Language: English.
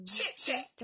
Chit-chat